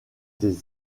des